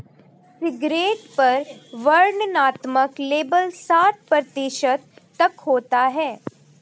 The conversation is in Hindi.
सिगरेट पर वर्णनात्मक लेबल साठ प्रतिशत तक होता है